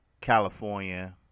California